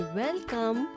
welcome